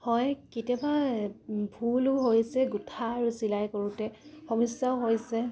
হয় কেতিয়াবা ভুলো হৈছে গোঠা আৰু চিলাই কৰোঁতে সমস্যাও হৈছে